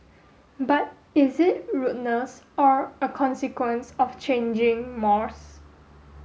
but is it rudeness or a consequence of changing mores